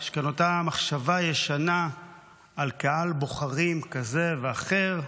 יש כאן אותה מחשבה ישנה על קהל בוחרים כזה ואחר.